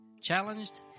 challenged